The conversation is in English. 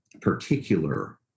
particular